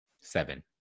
seven